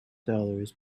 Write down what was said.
dollars